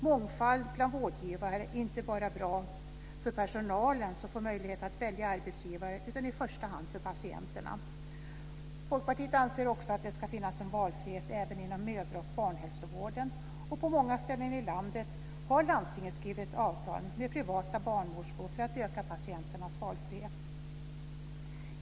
Mångfald bland vårdgivare är inte bara bra för personalen som får möjlighet att välja arbetsgivare utan i första hand för patienterna. Folkpartiet anser också att det ska finnas en valfrihet även inom mödra och barnhälsovården. På många ställen i landet har landstingen skrivit avtal med privata barnmorskor för att öka patienternas valfrihet.